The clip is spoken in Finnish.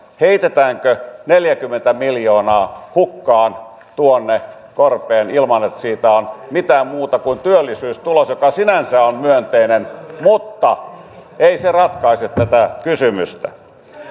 heitetäänkö neljäkymmentä miljoonaa hukkaan tuonne korpeen ilman että siitä seuraa mitään muuta kuin työllisyystulos joka sinänsä on myönteinen mutta ei se ratkaise tätä kysymystä